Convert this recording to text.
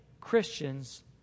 Christians